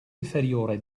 inferiore